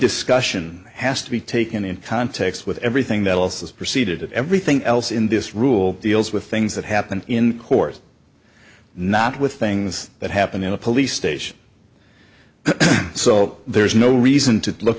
discussion has to be taken in context with everything else has preceded it everything else in this rule deals with things that happened in court not with things that happened in a police station so there's no reason to look